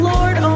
Lord